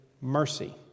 mercy